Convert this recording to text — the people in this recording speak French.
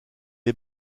est